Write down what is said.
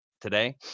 today